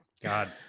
God